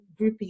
groupies